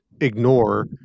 ignore